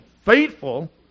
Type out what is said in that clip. faithful